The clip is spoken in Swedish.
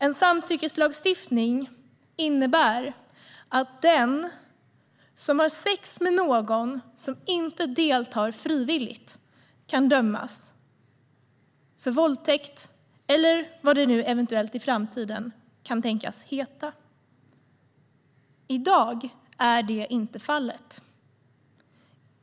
En samtyckeslagstiftning innebär att den som har sex med någon som inte deltar frivilligt kan dömas för våldtäkt, eller vad det nu eventuellt i framtiden kan tänkas heta. I dag är det inte fallet.